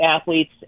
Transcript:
athletes